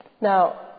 Now